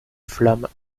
flamme